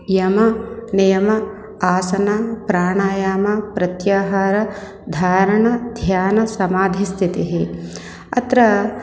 यमनियम आसनप्राणायामप्रत्याहारधारणाध्यानसमाधिस्थितिः अत्र